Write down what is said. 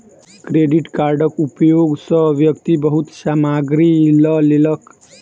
credit कार्डक उपयोग सॅ व्यक्ति बहुत सामग्री लअ लेलक